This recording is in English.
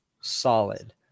Solid